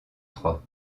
trois